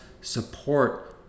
support